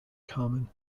common